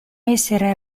essere